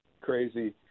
crazy